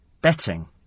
betting